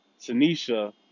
Tanisha